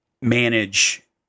manage